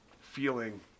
feeling